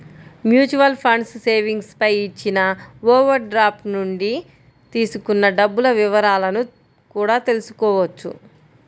mutual funds savings పై ఇచ్చిన overdraft నుంచి తీసుకున్న డబ్బుల వివరాలను కూడా తెల్సుకోవచ్చు